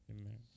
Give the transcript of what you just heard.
Amen